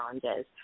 challenges